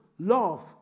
Love